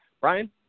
Brian